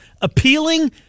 appealing